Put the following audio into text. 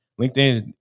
LinkedIn